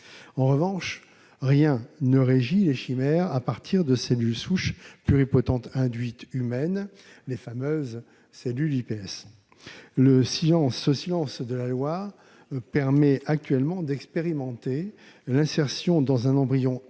En revanche, rien ne régit les chimères à partir de cellules souches pluripotentes induites humaines, les fameuses cellules iPS. Ce silence de la loi permet actuellement d'expérimenter l'insertion dans un embryon animal